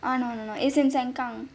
oh no no no it's in sengkang